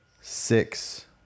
six